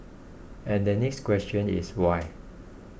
and the next question is why